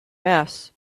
mass